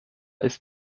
ist